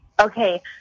Okay